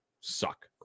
suck